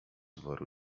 woru